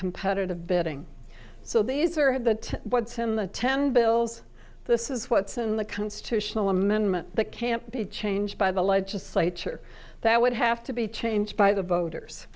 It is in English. competitive bidding so these are have the what's in the ten bills this is what's in the constitutional amendment that can't be changed by the legislature that would have to be changed by the voters